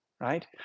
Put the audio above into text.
right